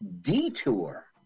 detour